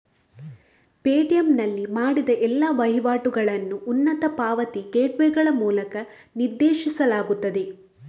Paytm ನಲ್ಲಿ ಮಾಡಿದ ಎಲ್ಲಾ ವಹಿವಾಟುಗಳನ್ನು ಉನ್ನತ ಪಾವತಿ ಗೇಟ್ವೇಗಳ ಮೂಲಕ ನಿರ್ದೇಶಿಸಲಾಗುತ್ತದೆ